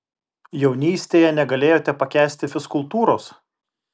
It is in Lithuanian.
jaunystėje negalėjote pakęsti fizkultūros